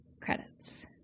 Credits